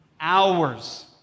hours